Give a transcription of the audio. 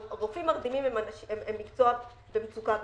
רופאים מרדימים זה מקצוע במצוקה בישראל.